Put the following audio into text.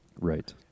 Right